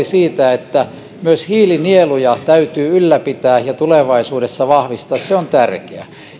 siitä että myös hiilinieluja täytyy ylläpitää ja tulevaisuudessa vahvistaa on tärkeä